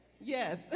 Yes